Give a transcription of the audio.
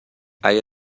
اگه